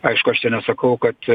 aišku aš čia nesakau kad